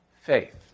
faith